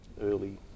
early